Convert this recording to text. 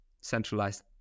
centralized